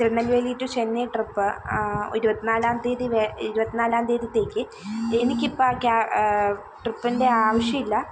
Tirunelveli to Chennai trip ഇരുപത്തി നാലാം തീയതി വേ ഇരുപത്തി നാലാം തിയതിത്തേക്ക് എനിക്കിപ്പം കാ ട്രിപ്പിൻ്റെ ആവശ്യം ഇല്ല